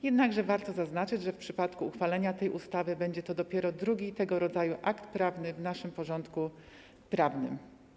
Jednakże warto zaznaczyć, że w przypadku uchwalenia tej ustawy będzie to dopiero drugi tego rodzaju akt prawny w naszym porządku prawnym.